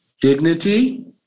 dignity